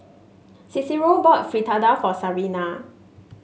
Cicero bought Fritada for Sarina